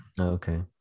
Okay